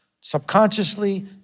subconsciously